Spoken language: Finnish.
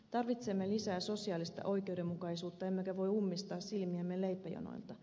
tarvitsemme lisää sosiaalista oikeudenmukaisuutta emmekä voi ummistaa silmiämme leipäjonoilta